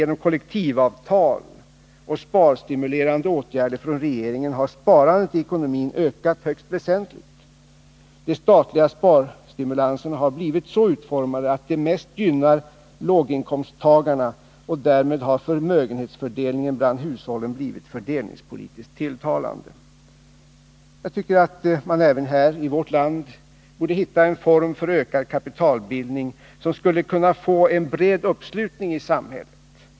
Genom kollektivavtal och sparstimulerande åtgärder från regeringen har sparandet i ekonomin ökat högst väsentligt. De statliga sparstimulanserna har blivit så utformade att de met gynnar låginkomsttagarna, och därmed har förmögenhetsfördelningen bland hushållen blivit fördelningspolitiskt tilltalande. Jag tycker att man även i vårt land borde hitta en form för ökad kapitalbildning som skulle kunna få en bred uppslutning i samhället.